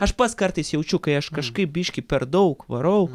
aš pats kartais jaučiu kai aš kažkaip biškį per daug varau